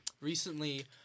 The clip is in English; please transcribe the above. Recently